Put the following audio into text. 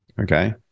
Okay